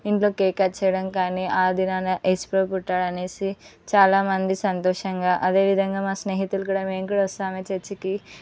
ఇంట్లో cake cut చేయడం కానీ ఆ దినాన ఏసు ప్రభు పుట్టాడనేసి చాలామంది సంతోషంగా అదే విధంగా మా స్నేహితులు కూడా మేము కూడా వస్తాము చర్చికి